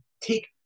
take